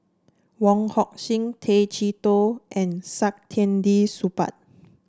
Wong Hock Sing Tay Chee Toh and Saktiandi Supaat